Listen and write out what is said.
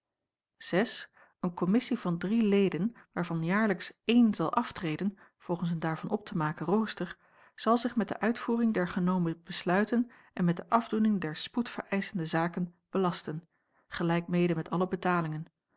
een kommissie van drie leden waarvan jaarlijks een zal aftreden volgens een daarvan op te maken rooster zal zich met de uitvoering der genomen besluiten en met de afdoening der spoed vereischende zaken belasten gelijk mede met alle betalingen